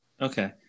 okay